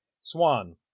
Swan